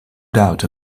doubt